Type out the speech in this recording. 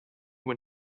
when